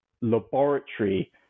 laboratory